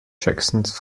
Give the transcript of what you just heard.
jacksons